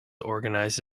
organized